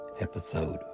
episode